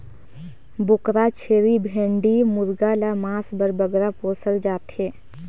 बोकरा, छेरी, भेंड़ी मुरगा ल मांस बर बगरा पोसल जाथे